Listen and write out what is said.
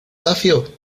zafio